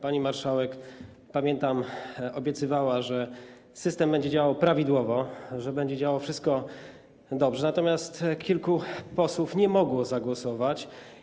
Pani marszałek, pamiętam, obiecywała, że system będzie działał prawidłowo, że wszystko jest dobrze, natomiast kilku posłów nie mogło zagłosować.